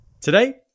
Today